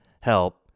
help